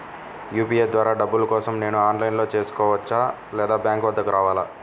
UPI ద్వారా డబ్బులు కోసం నేను ఆన్లైన్లో చేసుకోవచ్చా? లేదా బ్యాంక్ వద్దకు రావాలా?